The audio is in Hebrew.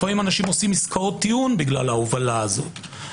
לפעמים אנשים עושים עסקאות טיעון בגלל ההובלה הזאת.